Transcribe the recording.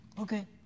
okay